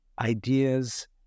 ideas